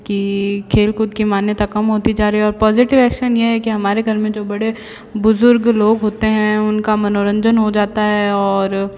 कि खेलकूद की मान्यता कम होती जा रही है और पॉजिटिव एक्शन ये है कि हमारे घर में जो बड़े बुजुर्ग लोग होते हैं उनका मनोरंजन हो जाता है और